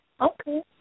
Okay